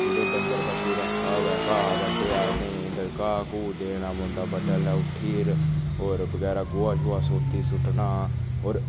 थोह्ड़े डंगर बच्छु रक्खा होऐ घा बड्डेआ उ'नेंगी ते घा घू देना पौंदा बडलै उट्ठी'र होर बगैरा गोहा शोहा सोती सुट्टना होर